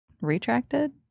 Retracted